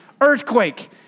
Earthquake